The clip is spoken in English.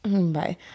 Bye